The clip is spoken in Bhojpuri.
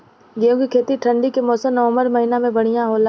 गेहूँ के खेती ठंण्डी के मौसम नवम्बर महीना में बढ़ियां होला?